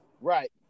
Right